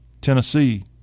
Tennessee